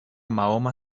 mahoma